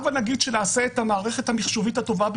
הבה נגיד שנעשה את המערכת המיחשובית הטובה ביותר.